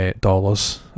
dollars